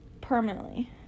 permanently